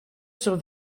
sur